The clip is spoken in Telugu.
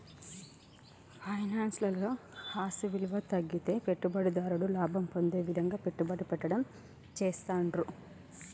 ఫైనాన్స్ లలో ఆస్తి విలువ తగ్గితే పెట్టుబడిదారుడు లాభం పొందే విధంగా పెట్టుబడి పెట్టడం చేస్తాండ్రు